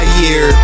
year